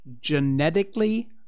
genetically